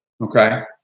Okay